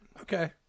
Okay